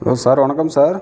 hello sir வணக்கம் sir